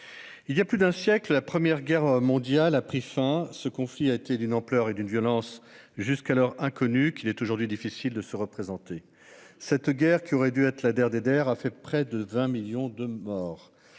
Il y a plus d'un siècle, la Première Guerre mondiale a pris fin. Ce conflit a été d'une ampleur et d'une violence jusqu'alors inconnues, qu'il est aujourd'hui difficile de se représenter. Cette guerre, qui aurait dû être « la Der des Ders », a fait près de 20 millions de morts.